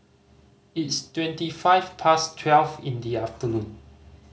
its twenty five past twelve in the afternoon